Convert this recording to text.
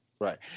Right